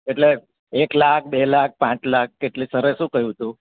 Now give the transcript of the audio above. એટલે એક લાખ બે લાખ પાંચ લાખ કેટલી સરે શું કહ્યું હતું